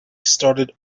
started